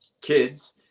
kids